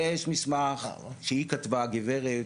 יש מסמך שהיא כתבה הגברת,